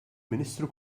ministru